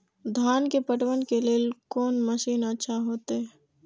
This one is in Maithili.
धान के पटवन के लेल कोन मशीन अच्छा होते?